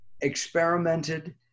experimented